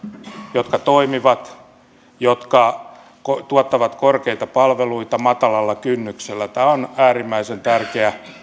jotka toimivat jotka tuottavat korkeita palveluita matalalla kynnyksellä tämä on äärimmäisen tärkeä